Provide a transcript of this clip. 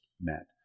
met